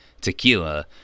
tequila